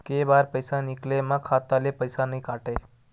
के बार पईसा निकले मा खाता ले पईसा नई काटे?